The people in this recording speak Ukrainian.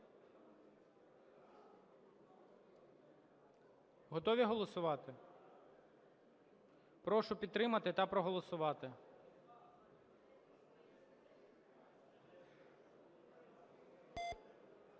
Готові голосувати? Прошу підтримати та проголосувати.